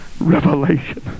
revelation